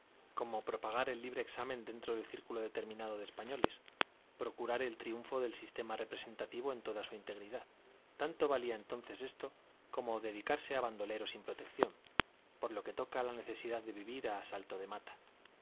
como v gr propagar el libre examen dentro de círculo determinado de españoles procurar el triunfo del sistema representativo en toda su integridad tanto valía entonces esto como dedicarse a bandolero sin protección por lo que toca a la necesidad de vivir a salto de mata